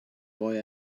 boy